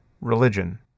religion